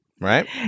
Right